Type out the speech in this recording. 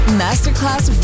masterclass